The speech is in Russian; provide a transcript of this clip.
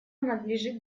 надлежит